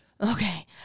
Okay